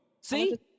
See